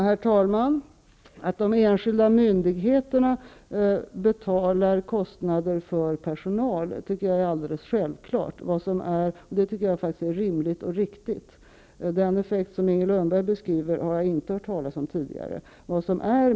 Herr talman! Att de enskilda myndigheterna betalar kostnader för personal tycker jag är alldeles självklart -- det är rimligt och riktigt. Den effekt som Inger Lundberg beskriver har jag inte hört talas om förut.